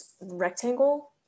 rectangle